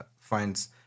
finds